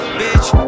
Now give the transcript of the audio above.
bitch